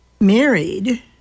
married